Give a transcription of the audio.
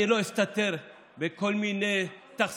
אני לא אסתתר עם כל מיני תכסיסים,